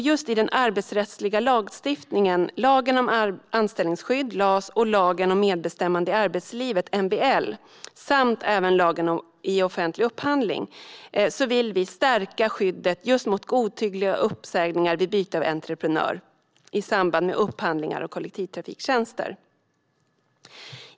Just i den arbetsrättsliga lagstiftningen, alltså lagen om anställningsskydd, LAS, lagen om medbestämmande i arbetslivet, MBL, samt lagen om offentlig upphandling, vill vi stärka skyddet just mot godtyckliga uppsägningar vid byte av entreprenör i samband med upphandlingar av kollektivtrafiktjänster.